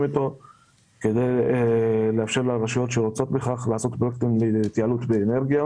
אותו כדי לאפשר לרשויות שרוצות בכך לעסוק בהתייעלות באנרגיה.